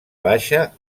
baixa